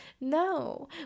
No